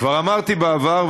כבר אמרתי בעבר,